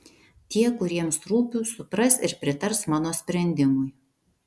tie kuriems rūpiu supras ir pritars mano sprendimui